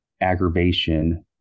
aggravation